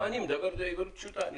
אני מדבר עברית פשוטה.